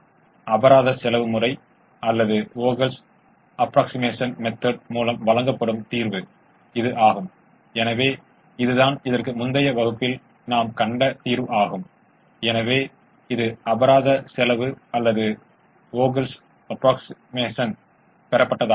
அதிகபட்ச மயமாக்கலுக்கு முதன்மைக்கு இரட்டைக்கான ஒவ்வொரு சாத்தியமான தீர்வும் முதன்மையான ஒவ்வொரு சாத்தியமான தீர்வையும் விட அதிகமாகவோ அல்லது சமமாகவோ ஒரு புறநிலை செயல்பாட்டு மதிப்பைக் கொண்டுள்ளது